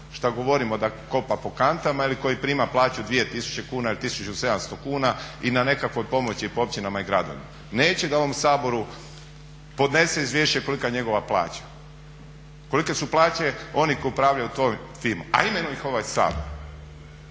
što govorimo da kopa po kantama ili koji prima plaću 2 tisuće kuna ili tisuću 700 kuna i na nekakvoj je pomoći po općinama i gradovima, neće da ovom Saboru podnese izvješće kolika je njegova plaća. Kolike su plaće onih koji upravljaju tom firmom, a imenuje ih ovaj Sabor?